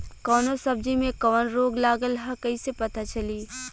कौनो सब्ज़ी में कवन रोग लागल ह कईसे पता चली?